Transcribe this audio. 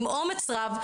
עם אומץ רב,